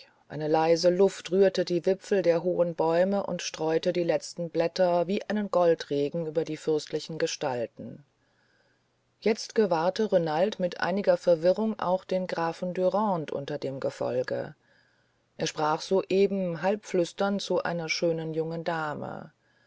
eine leise luft rührte die wipfel der hohen bäume und streute die letzten blätter wie einen goldregen über die fürstlichen gestalten jetzt gewahrte renald mit einiger verwirrung auch den grafen dürande unter dem gefolge er sprach soeben halbflüsternd zu einer jungen schönen dame